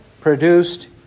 produced